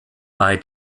bei